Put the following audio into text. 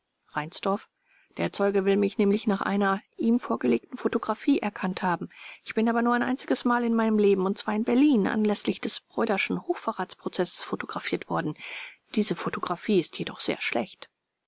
reinsdorf der zeuge will mich nämlich nach einer ihm vorgelegten photographie erkannt haben ich bin aber nur ein einziges mal in meinem leben und zwar in berlin anläßlich des bräuderschen hochverratsprozesses photographiert worden diese photographie ist jedoch sehr schlecht